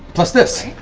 plus this!